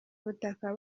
ubutaka